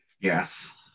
Yes